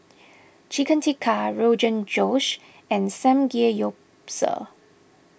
Chicken Tikka Rogan Josh and Samgeyopsal